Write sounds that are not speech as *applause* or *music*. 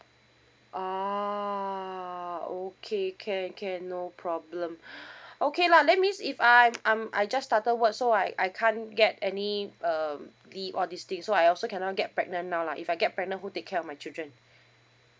ah okay can can no problem *breath* okay lah that means if I I'm I just started work so I I can't get any um the all these things so I also cannot get pregnant now lah if I get pregnant who take care of my children